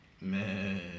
man